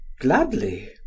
gladly